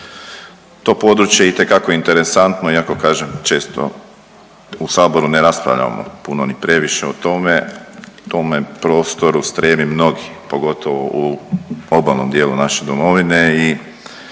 to područje itekako interesantno iako kažem često u saboru ne raspravljamo puno ni previše o tome, tome prostoru streme mnogi, pogotovo u obalnom dijelu naše domovine i